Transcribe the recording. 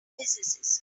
physicist